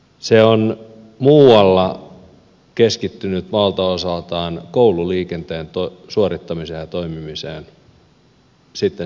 se on muualla keskittynyt valtaosaltaan koululiikenteen suorittamiseen ja toimimiseen siihen se loppuu